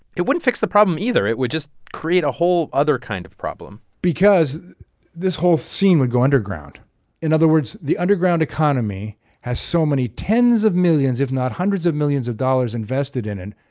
it wouldn't fix the problem either. it would just create a whole other kind of problem because this whole scene would go underground in other words, the underground economy has so many tens of millions, if not hundreds of millions, of dollars invested in and